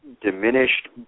diminished